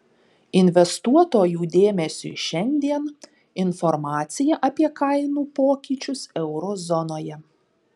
investuotojų dėmesiui šiandien informacija apie kainų pokyčius euro zonoje